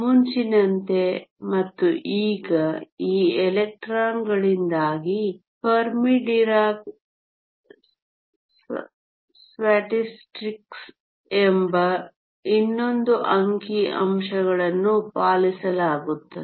ಮುಂಚಿನಂತೆ ಮತ್ತು ಈಗ ಈ ಎಲೆಕ್ಟ್ರಾನ್ಗಳಿಂದಾಗಿ ಫೆರ್ಮಿ ಡಿರಾಕ್ ಸ್ಟ್ಯಾಟಿಸ್ಟಿಕ್ಸ್ ಎಂಬ ಇನ್ನೊಂದು ಅಂಕಿಅಂಶಗಳನ್ನು ಪಾಲಿಸಲಾಗುತ್ತದೆ